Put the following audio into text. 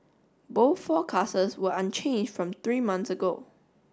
both forecasts were unchanged from three months ago